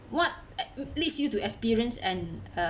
what uh leads you to experience an uh